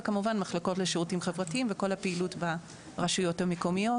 וכמובן מחלקות לשירותים חברתיים וכל הפעילות ברשויות המקומיות.